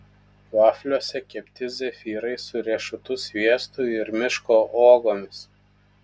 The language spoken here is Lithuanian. vafliuose kepti zefyrai su riešutų sviestu ir miško uogomis